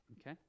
Okay